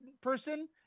person